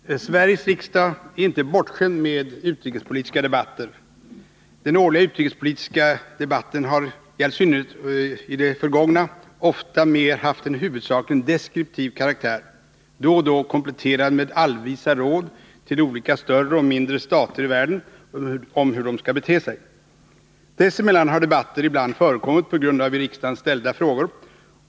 Herr talman! Sveriges riksdag är inte bortskämd med utrikespolitiska debatter. Den årliga utrikespolitiska debatten har, i all synnerhet i det förgångna, ofta mer haft en huvudsakligen deskriptiv karaktär, då och då kompletterad med allvisa råd till olika större och mindre stater i världen om hur de skall bete sig. Dessemellan har debatter ibland förekommit på grund av i riksdagen ställda frågor.